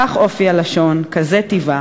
כך אופי הלשון הזאת.